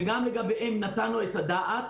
שגם לגביהם נתנו את הדעת